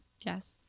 Yes